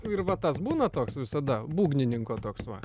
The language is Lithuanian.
ir va tas būna toks visada būgnininko toks va